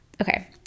okay